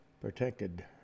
protected